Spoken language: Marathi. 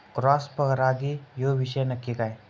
क्रॉस परागी ह्यो विषय नक्की काय?